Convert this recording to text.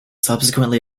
subsequently